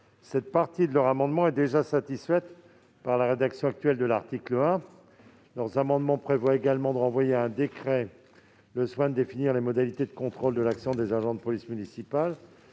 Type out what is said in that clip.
Cette partie de leurs amendements est déjà satisfaite par la rédaction actuelle de l'article 1. Elles proposent également de renvoyer à un décret le soin de définir les modalités du contrôle de l'action des agents de police municipale